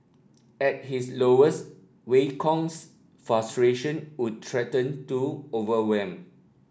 at his lowest Wei Kong's frustration would threaten to overwhelm